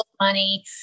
money